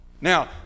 Now